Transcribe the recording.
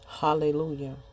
Hallelujah